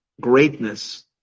greatness